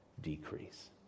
decrease